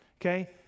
Okay